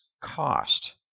cost